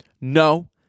No